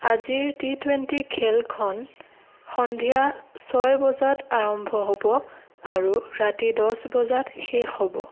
আজিৰ T twenty খেলখন সন্ধিয়া ছয় বজাত আৰম্ভ হ'ব আৰু ৰাতি দহ বজাত শেষ হ'ব